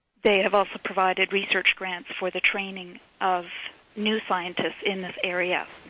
they have also provided research grants for the training of new scientists in this area.